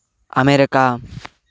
America